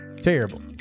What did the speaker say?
Terrible